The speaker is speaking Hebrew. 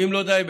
ואם לא די בכך,